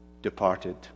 departed